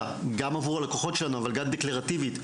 גם עבור הלקוחות שלנו אבל גם מבחינה הצהרתית.